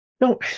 No